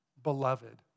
beloved